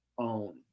own